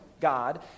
God